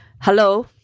Hello